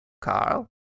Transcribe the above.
Carl